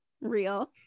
real